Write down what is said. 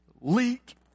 leak